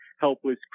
helpless